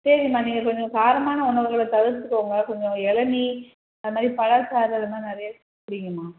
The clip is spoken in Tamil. சரிம்மா நீங்கள் கொஞ்சம் காரமான உணவுகளை தவிர்த்துக்கோங்க கொஞ்சம் இளநீ அது மாதிரி பழச்சாறு அதெலாம் நிறையா குடிங்கம்மா